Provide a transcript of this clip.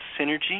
Synergy